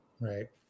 Right